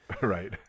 right